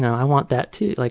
i want that, too. like